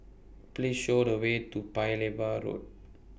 Please Show The Way to Paya Lebar Road